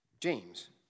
James